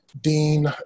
Dean